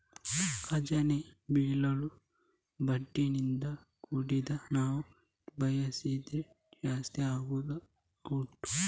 ಖಜಾನೆ ಬಿಲ್ಲು ಬಾಂಡಿನಿಂದ ಕೂಡಿದ್ದು ನಾವು ಬಯಸಿದ್ರೆ ಜಾಸ್ತಿ ಆಗುದು ಡೌಟ್